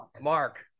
Mark